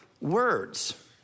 words